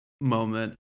moment